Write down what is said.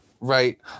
Right